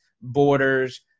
borders